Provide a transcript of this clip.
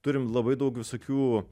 turim labai daug visokių